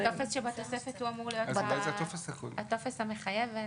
הטופס שבתוספת הוא אמור להיות הטופס המחייב.